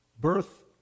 birth